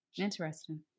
Interesting